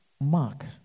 mark